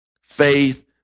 faith